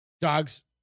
dogs